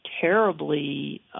terribly